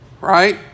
Right